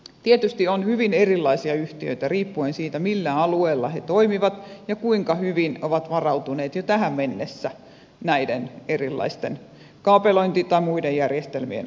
tietysti on hyvin erilaisia yhtiöitä riippuen siitä millä alueella ne toimivat ja kuinka hyvin ovat varautuneet jo tähän mennessä näiden erilaisten kaapelointi tai muiden järjestelmien osalta